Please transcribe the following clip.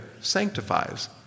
sanctifies